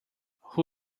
who